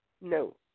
No